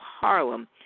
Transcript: Harlem